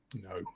No